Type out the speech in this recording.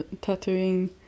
tattooing